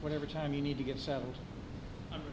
whatever time you need to get settled